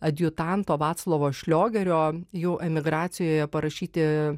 adjutanto vaclovo šliogerio jų emigracijoje parašyti